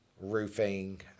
Roofing